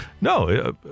no